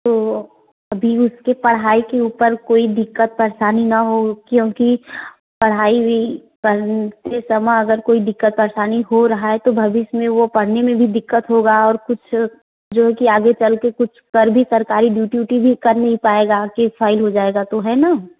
तो अभी उसके पढ़ाई के ऊपर कोई दिक्कत परेशानी न हो क्योंकि पढ़ाई भी करते समय अगर कोई दिक्कत परेशानी हो रहा है तो भविष्य में वो पढ़ने में भी दिक्कत होगा और कुछ जो है कि आगे चल कर कुछ कर भी सरकारी ड्यूटी ऊटी भी कर नहीं पाएगा अगर केस फाइल हो जाएगा तो है ना